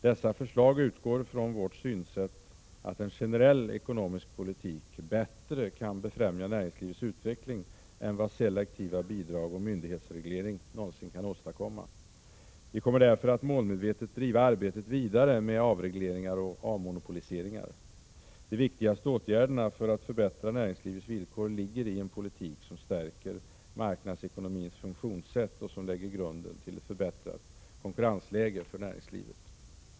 Dessa förslag utgår från vårt synsätt att en generell ekonomisk politik bättre kan befrämja näringslivets utveckling än vad selektiva bidrag och myndighetsreglering någonsin kan åstadkomma. Vi kommer därför att målmedvetet driva arbetet med avregleringar och avmonopoliseringar vidare. De viktigaste åtgärderna för att förbättra näringslivets villkor ligger i en politik som stärker marknadsekonomins funktionssätt och som lägger grunden till ett förbättrat konkurrensläge för näringslivet.